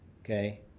okay